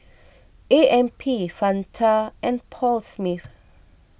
A M P Fanta and Paul Smith